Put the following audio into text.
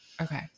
Okay